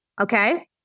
Okay